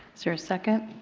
is there a second?